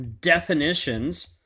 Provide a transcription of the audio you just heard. definitions